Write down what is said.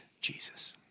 Jesus